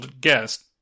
guest